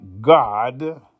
God